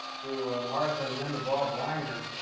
to martha and then to bob langer,